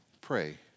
pray